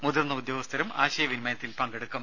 മുതിർന്ന ഉദ്യോഗസ്ഥരും ആശയവിനിമയത്തിൽ പങ്കെടുക്കും